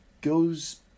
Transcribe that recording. goes